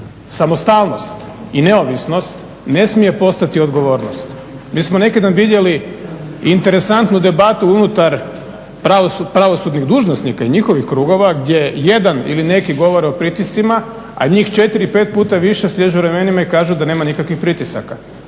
Samostalnost i neovisnost ne smije postati odgovornost. Mi smo neki dan vidjeli interesantnu debatu unutar pravosudnih dužnosnika i njihovih krugova gdje jedan ili neki govore o pritiscima, a njih 4, 5 puta više sliježu ramenima i kažu da nema nikakvih pritisaka.